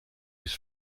his